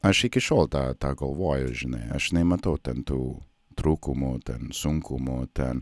aš iki šiol tą tą galvoju žinai aš nematau ten tų trūkumų ten sunkumų ten